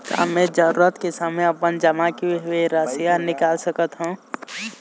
का मैं जरूरत के समय अपन जमा किए हुए राशि ला निकाल सकत हव?